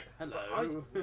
Hello